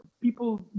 people